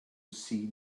see